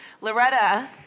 Loretta